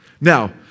Now